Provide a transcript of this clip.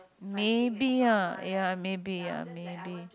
maybe ah ya maybe ya maybe